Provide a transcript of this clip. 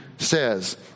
Says